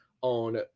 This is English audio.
on